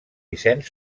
vicent